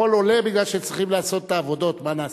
החול עולה כי צריכים לעשות את העבודות, מה נעשה?